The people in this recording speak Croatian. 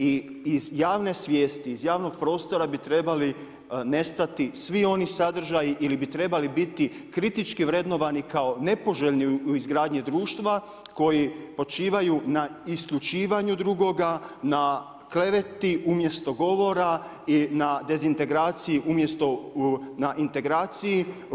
I iz javne svijesti, iz javnog prostora bi trebali nestati svi oni sadržaji ili bi trebali biti kritički vrednovani kao nepoželjni u izgradnji društva koji počivaju na isključivanju drugoga, na kleveti umjesto govora i na dezintegraciji umjesto integraciji.